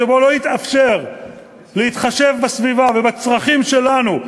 שבו לא יתאפשר להתחשב בסביבה ובצרכים שלנו,